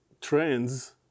trends